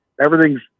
Everything's